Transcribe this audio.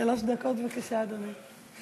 שלוש דקות, בבקשה, אדוני.